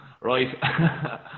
right